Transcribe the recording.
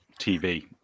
TV